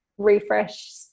refresh